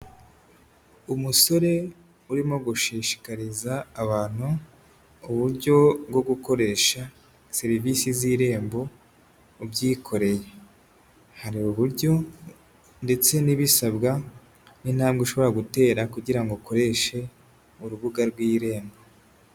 Umusore urimo gushishikariza abantu uburyo bwo gukoresha serivisi z'Irembo, ubyikoreye. Hari uburyo ndetse n'ibisabwa n'intambwe ushobora gutera kugira ngo ukoreshe urubuga rw'irembo.